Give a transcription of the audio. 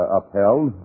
upheld